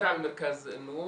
מודר יונס דיבר על מרכז אלנור.